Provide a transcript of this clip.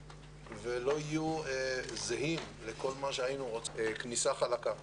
ולא יהיו זהים לכל מה שהיינו רוצים לעשות בשנה רגילה.